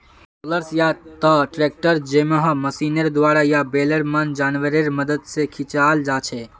rollers या त tractor जैमहँ मशीनेर द्वारा या बैलेर मन जानवरेर मदद से खींचाल जाछे